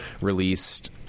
Released